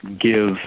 give